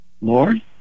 Lord